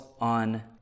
on